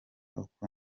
kuko